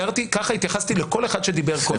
הערתי, ככה התייחסתי לכל אחד שדיבר קודם.